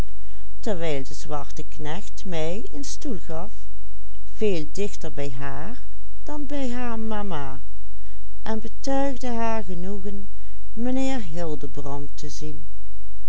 en betuigde haar genoegen mijnheer hildebrand te zien